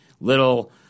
little